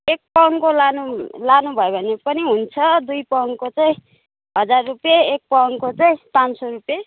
एक पाउन्डको लानु लानुभयो भने पनि हुन्छ दुई पाउन्डको चाहिँ हजार रुपियाँ एक पाउन्डको चाहिँ पाँच सौ रुपियाँ